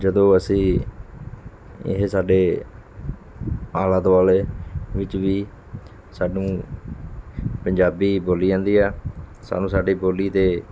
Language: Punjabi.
ਜਦੋਂ ਅਸੀਂ ਇਹ ਸਾਡੇ ਆਲੇ ਦੁਆਲੇ ਵਿੱਚ ਵੀ ਸਾਨੂੰ ਪੰਜਾਬੀ ਬੋਲੀ ਜਾਂਦੀ ਹੈ ਸਾਨੂੰ ਸਾਡੀ ਬੋਲੀ 'ਤੇ